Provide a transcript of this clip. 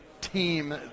team